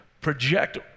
project